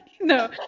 No